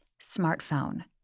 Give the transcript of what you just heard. smartphone